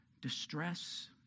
distress